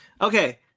Okay